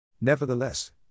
Nevertheless